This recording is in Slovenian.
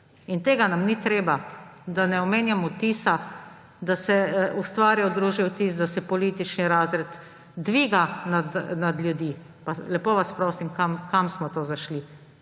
In tega nam ni treba. Da ne omenjam, da se ustvarja v družbi vtis, da se politični razred dviga nad ljudi. Pa lepo vas prosim, kam smo to zašli?